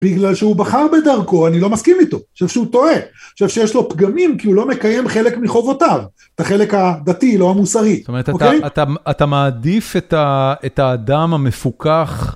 בגלל שהוא בחר בדרכו, אני לא מסכים איתו. אני חושב שהוא טועה. אני חושב שיש לו פגמים, כי הוא לא מקיים חלק מחובותיו. את החלק הדתי, לא המוסרי. זאת אומרת, אתה מעדיף את האדם המפוקח...